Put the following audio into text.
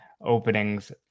openings